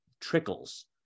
trickles